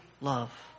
love